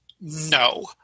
no